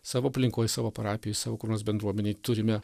savo aplinkoj savo parapijoj savo kur nors bendruomenėj turime